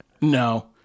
No